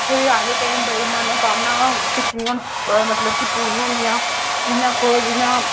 उत्थै बी आखदे न केईं मनोकामना कीती दियां होंदियां न ओह्दा मतलब कि पूरियां होंदियां जि'यां आक्खो जि'यां